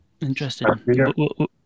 Interesting